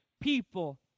people